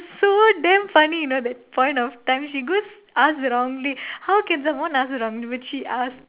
so damn funny you know that point of time she go ask wrongly how can the one ask wrongly but she asked